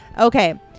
okay